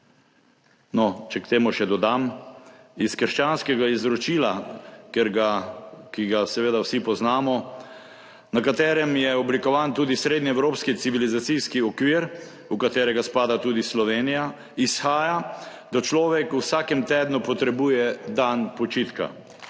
No, če k temu še dodam, iz krščanskega izročila, ki ga seveda vsi poznamo, na katerem je oblikovan tudi srednjeevropski civilizacijski okvir, v katerega spada tudi Slovenija, izhaja, da človek v vsakem tednu potrebuje dan počitka.